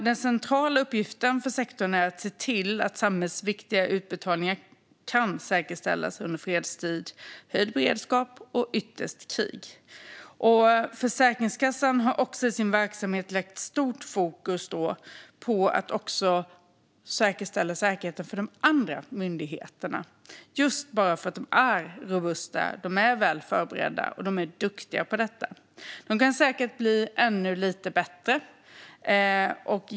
Den centrala uppgiften för sektorn är att se till att samhällsviktiga utbetalningar kan säkerställas under fredstid, höjd beredskap och ytterst krig. Försäkringskassan har i sin verksamhet lagt stort fokus på att säkerställa säkerheten också för de andra myndigheterna, just därför att de är robusta, väl förberedda och duktiga på detta. De kan säkert bli ännu lite bättre.